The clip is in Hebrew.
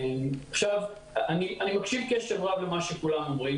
אני מקשיב קשב רב לדברי כולם,